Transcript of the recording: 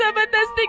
ah my best